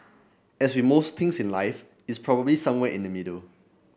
as with most things in life it's probably somewhere in the middle